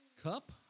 Cup